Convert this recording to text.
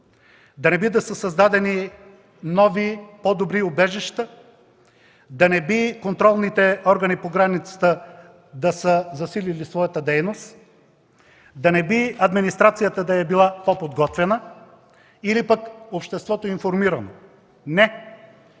Да не би да са създадени нови, по-добри убежища? Да не би контролните органи по границата да са засилили своята дейност? Да не би администрацията да е била по-подготвена, или пък обществото – информирано? Не,